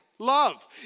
Love